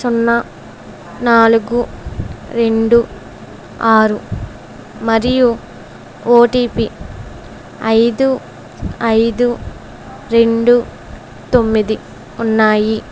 సున్నా నాలుగు రెండు ఆరు మరియు ఓ టీ పీ ఐదు ఐదు రెండు తొమ్మిది ఉన్నాయి